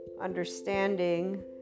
understanding